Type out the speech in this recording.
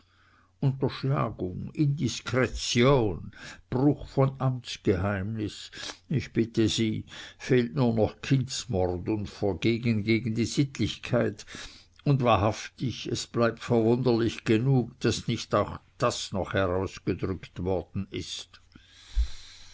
unterschlagung indiskretion bruch von amtsgeheimnis ich bitte sie fehlt nur noch kindsmord und vergehen gegen die sittlichkeit und wahrhaftig es bleibt verwunderlich genug daß nicht auch das noch herausgedrückt worden ist